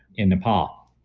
in nepal.